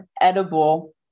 edible